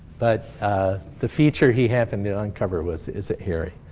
but the feature he happened to uncover was, is it hairy?